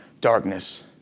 darkness